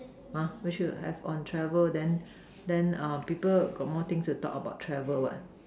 !huh! they should have on travel then then err people got more thing to talk on travel what